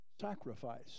Sacrifice